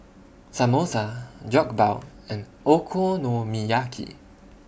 Samosa Jokbal and Okonomiyaki